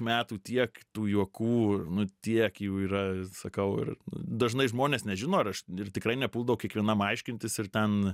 metų tiek tų juokų nu tiek jų yra sakau ir dažnai žmonės nežino ar aš ir tikrai nepuldavo kiekvienam aiškintis ir ten